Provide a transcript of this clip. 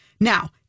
Now